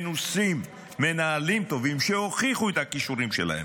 מנוסים, מנהלים טובים שהוכיחו את הכישורים שלהם.